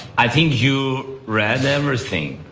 i think you read everything.